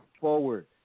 forward